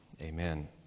Amen